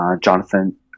Jonathan